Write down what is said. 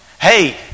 Hey